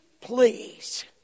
please